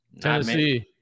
Tennessee